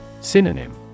Synonym